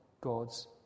God's